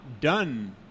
done